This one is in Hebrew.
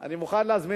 אתה יכול להביא